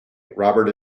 robert